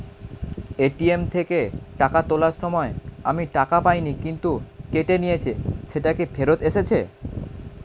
ATM থেকে টাকা তোলার সময় আমি টাকা পাইনি কিন্তু কেটে নিয়েছে সেটা কি ফেরত এসেছে?